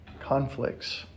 conflicts